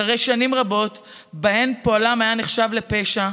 אחרי שנים רבות שבהן פועלם נחשב לפשע,